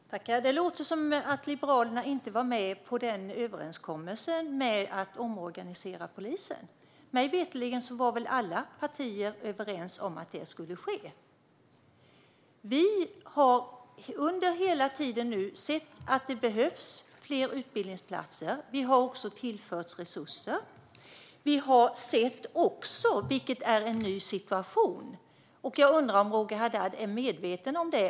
Herr talman! Nu låter det som om Liberalerna inte var med på överenskommelsen om att omorganisera polisen. Mig veterligen var alla partier överens om att det skulle ske. Vi har hela tiden sett att det behövs fler utbildningsplatser. Vi har också tillfört resurser. En ny situation är att vi har en arbetsmarknad med oerhört låg arbetslöshet.